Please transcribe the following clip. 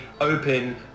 open